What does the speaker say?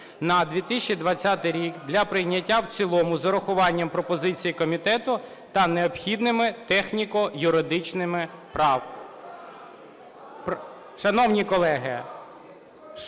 на 2020 рік для прийняття в цілому з урахуванням пропозицій комітету та необхідними техніко-юридичними правками. Шановні колеги,